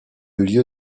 lieu